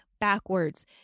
backwards